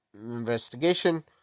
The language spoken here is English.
investigation